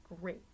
great